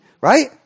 right